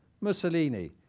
Mussolini